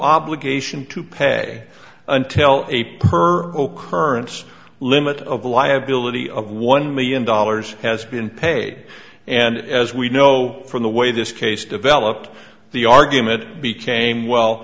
obligation to pay until a per her its limit of liability of one million dollars has been paid and as we know from the way this case developed the argument became well